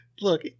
Look